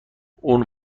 اون